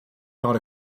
not